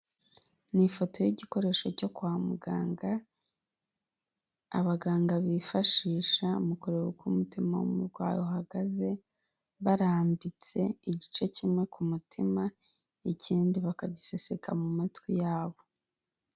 Ni ifoto y'igikoresho cyo kwa muganga, abaganga bifashisha mu kureba uko umutima w'umurwayi uhagaze barambitse igice kimwe ku mutima, ikindi bakagiseseka mu matwi yabo.